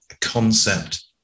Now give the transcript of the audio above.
concept